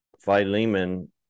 Philemon